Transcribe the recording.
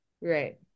right